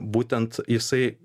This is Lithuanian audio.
būtent jisai